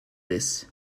this